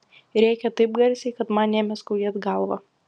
rėkė taip garsiai kad man ėmė skaudėt galvą